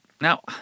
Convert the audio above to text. Now